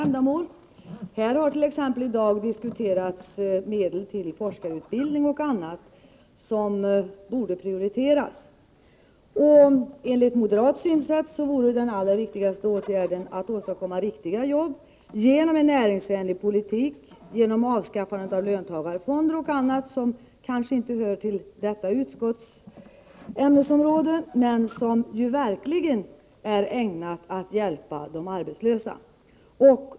Exempelvis har vi i dag diskuterat medel till forskarutbildning och annat, som borde prioriteras. Enligt moderat synsätt vore den allra viktigaste åtgärden att skapa riktiga jobb genom en näringsvänlig politik och genom avskaffandet av löntagarfonder och annat, som kanske inte hör till socialförsäkringsutskottets ämnesområden men som verkligen är ägnat att hjälpa de arbetslösa.